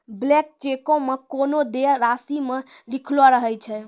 blank चेको मे कोनो देय राशि नै लिखलो रहै छै